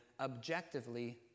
objectively